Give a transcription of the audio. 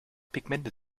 pigmente